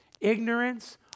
Ignorance